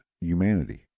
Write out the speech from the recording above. humanity